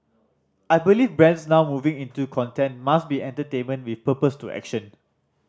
I believe brands now moving into content must be entertainment with purpose to action